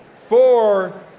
four